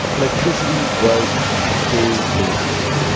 electricity was and is dangerous.